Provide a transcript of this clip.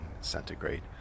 centigrade